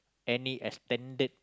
any extended